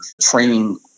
training